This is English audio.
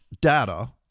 data